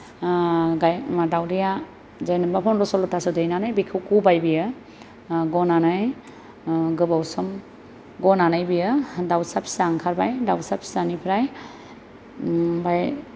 गाय दाउदैया जेनेबा पन्द्र' सल्ल'थासो दैनानै बेखौ गबाय बेयो गनानै गोबाव सम गनानै बेयो दाउसा फिसा ओंखारबाय दाउसा फिसानिफ्राय ओमफ्राय